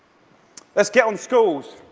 let's get on schools,